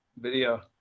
video